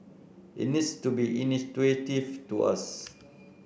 it needs to be intuitive to us